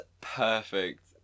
perfect